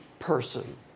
person